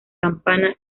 campana